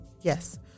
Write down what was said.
yes